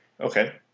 Okay